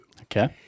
Okay